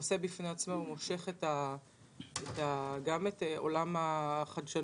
כנושא בפני עצמו הוא מושך גם את עולם החדשנות,